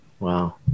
Wow